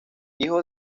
hijo